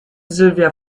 silvia